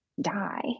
die